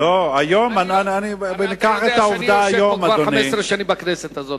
אתה יודע שאני יושב כבר 15 שנים בכנסת הזאת.